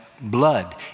blood